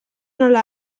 nola